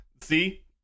See